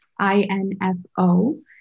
I-N-F-O